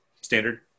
standard